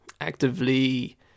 Actively